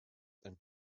and